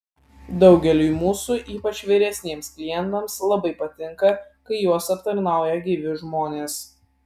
daugeliui mūsų ypač vyresniems klientams labai patinka kai juos aptarnauja gyvi žmonės